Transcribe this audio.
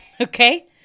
Okay